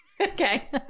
okay